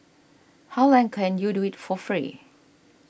how long can you do it for free